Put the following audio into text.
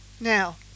Now